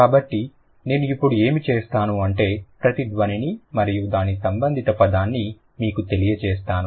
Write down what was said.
కాబట్టి నేను ఇప్పుడు ఏమి చేస్తాను అంటే ప్రతి ధ్వనిని మరియు దాని సంబంధిత పదాన్ని మీకు తెలియజేస్తాను